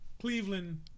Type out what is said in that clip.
Cleveland